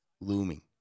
looming